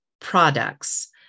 products